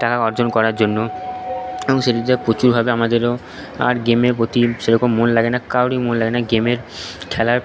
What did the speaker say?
টাকা অর্জন করার জন্য এবং সে নিজে প্রচুরভাবে আমাদেরও আর গেমের প্রতি সেরকম মন লাগে না কারোরই মন লাগে না গেমের খেলার